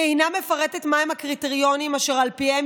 היא אינה מפרטת מהם הקריטריונים אשר על פיהם